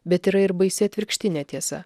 bet yra ir baisi atvirkštinė tiesa